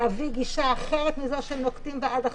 להביא גישה אחרת מזו שהם נוקטים בה עד עכשיו,